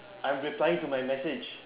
I'm replying to my message